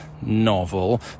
novel